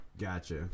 Gotcha